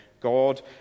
God